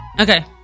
Okay